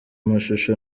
mashusho